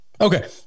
Okay